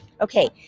Okay